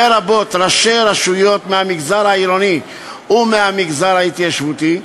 לרבות ראשי רשויות מהמגזר העירוני ומהמגזר ההתיישבותי.